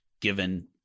given